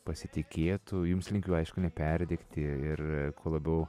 pasitikėtų jums linkiu aišku neperdegti ir kuo labiau